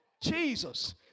Jesus